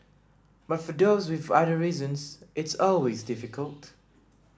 but for those with other reasons it's always difficult